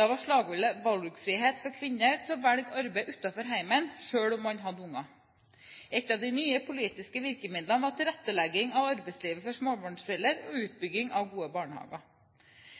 Da var slagordet valgfrihet for kvinner til å velge arbeid utenfor hjemmet selv om man hadde unger. Et av de nye politiske virkemidlene var tilrettelegging av arbeidslivet for småbarnsforeldre og utbygging av gode barnehager.